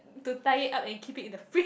to tie it up and keep it in the fridge